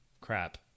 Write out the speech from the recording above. crap